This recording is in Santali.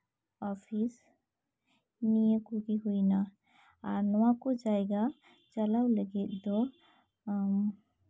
ᱟᱥᱤᱥ ᱱᱤᱭᱟᱹ ᱠᱚᱜᱮ ᱦᱩᱭᱮᱱᱟ ᱟᱨ ᱱᱚᱣᱟ ᱠᱚ ᱡᱟᱭᱜᱟ ᱪᱟᱞᱟᱣ ᱞᱟ ᱜᱤᱫ ᱫᱚ ᱦᱩᱢ